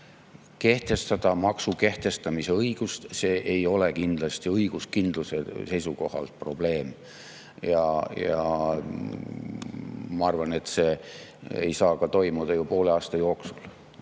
Kehtestada maksu kehtestamise õigus – see ei ole kindlasti õiguskindluse seisukohalt probleem. Ja ma arvan, et see ei saa toimuda poole aasta jooksul.